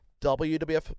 WWF